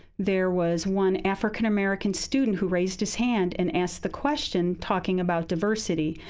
there was one african american student who raised his hand and asked the question, talking about diversity.